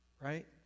Right